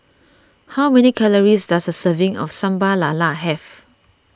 how many calories does a serving of Sambal Lala have